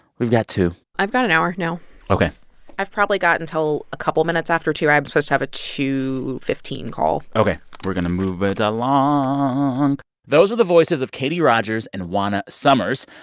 we've got two i've got an hour now ok i've probably got until a couple minutes after two. i'm supposed to have a two fifteen call ok. we're going to move it along those are the voices of katie rogers and juana summers.